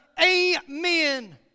amen